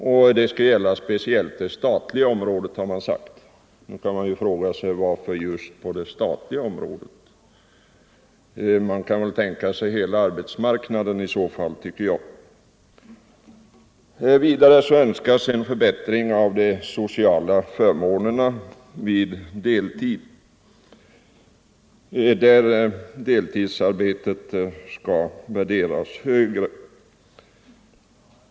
Detta skall gälla speciellt det statliga området, har det sagts. Nu kan man fråga sig: Varför just det statliga området? Man kan väl i så fall tänka sig hela arbetsmarknaden, tycker jag. Vidare önskas en förbättring av de sociala förmånerna vid deltid, varvid deltidsarbetet skall värderas högre.